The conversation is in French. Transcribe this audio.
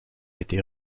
été